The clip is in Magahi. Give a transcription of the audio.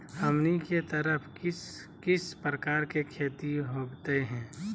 हमनी के तरफ किस किस प्रकार के खेती होवत है?